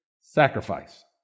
Sacrifice